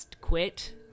quit